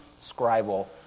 scribal